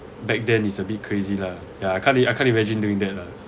back then is a bit crazy lah yeah I can't I can't imagine doing that lah